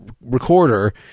recorder